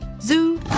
Zoo